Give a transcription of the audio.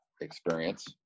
experience